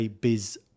Biz